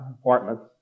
apartments